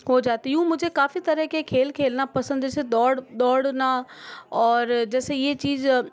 हो जाती यूँ मुझे काफ़ी तरह के खेल खेलना पसंद है जैसे दौड़ दौड़ना और जैसे यह चीज़